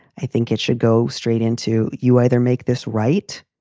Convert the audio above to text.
i think it should go straight into you either make this right.